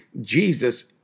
Jesus